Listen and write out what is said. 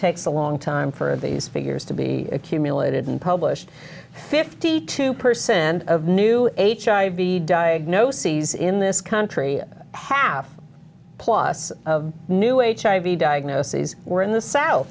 takes a long time for these figures to be accumulated and published fifty two per cent of new h i v diagnoses in this country half plus new h i v diagnoses were in the south